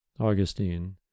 Augustine